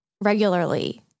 regularly